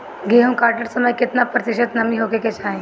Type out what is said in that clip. गेहूँ काटत समय केतना प्रतिशत नमी होखे के चाहीं?